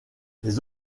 les